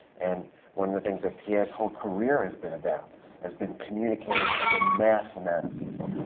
and one of the things that pierre's whole career has been about has been communicating to a mass amount of people.